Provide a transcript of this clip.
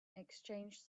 exchanged